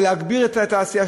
ולהגביר את העשייה,